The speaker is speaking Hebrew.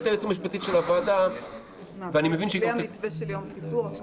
אתה מתכוון שזה היה בלי המתווה של יום כיפור?